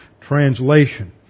translation